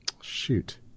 shoot